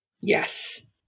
Yes